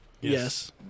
Yes